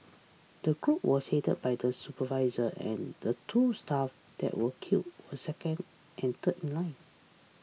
the group was headed by the supervisor and the two staff that were killed were second and third in line